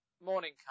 morning